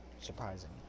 surprising